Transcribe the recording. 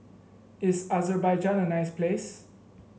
is Azerbaijan a nice place